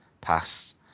pass